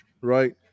right